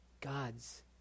God's